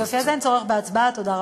יופי, תודה רבה.